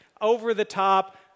over-the-top